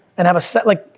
and have a set like,